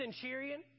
centurion